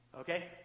Okay